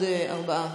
אם כך, עוד ארבעה,